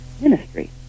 ministry